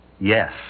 Yes